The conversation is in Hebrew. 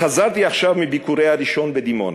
"חזרתי עכשיו מביקורי הראשון בדימונה,